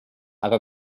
aga